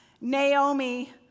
Naomi